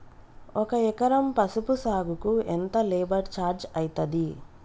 ఒక ఎకరం పసుపు సాగుకు ఎంత లేబర్ ఛార్జ్ అయితది?